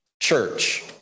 church